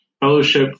fellowship